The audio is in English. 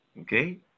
Okay